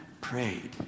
prayed